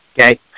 okay